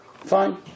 fine